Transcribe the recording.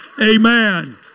Amen